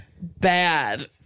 bad